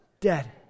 Dead